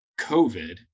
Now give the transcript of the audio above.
COVID